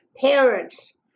parents